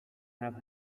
have